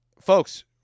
folks